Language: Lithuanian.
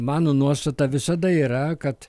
mano nuostata visada yra kad